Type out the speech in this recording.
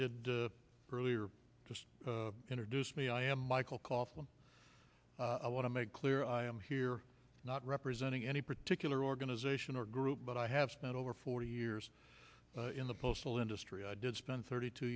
did earlier just introduce me i am michael kaufman a law to make clear i am here not representing any particular organization or group but i have spent over forty years in the postal industry i did spend thirty two